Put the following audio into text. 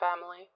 family